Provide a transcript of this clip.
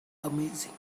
amazing